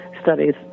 studies